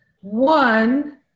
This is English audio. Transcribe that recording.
One